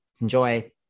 Enjoy